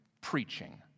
preaching